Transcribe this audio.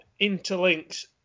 interlinks